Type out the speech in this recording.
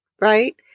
right